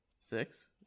Six